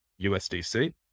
USDC